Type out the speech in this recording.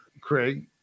Craig